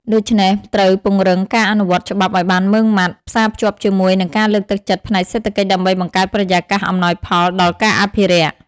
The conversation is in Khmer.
ដូច្នេះ ត្រូវពង្រឹងការអនុវត្តច្បាប់ឱ្យបានម៉ឺងម៉ាត់ ផ្សារភ្ជាប់ជាមួយនឹងការលើកទឹកចិត្តផ្នែកសេដ្ឋកិច្ចដើម្បីបង្កើតបរិយាកាសអំណោយផលដល់ការអភិរក្ស។